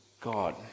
God